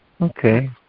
Okay